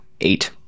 eight